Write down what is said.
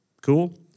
cool